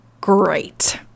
great